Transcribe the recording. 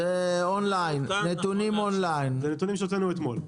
אלה נתונים שהוצאנו אתמול.